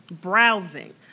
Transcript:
browsing